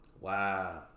Wow